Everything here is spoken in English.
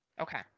Okay